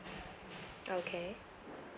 okay